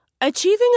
Achieving